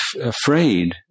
afraid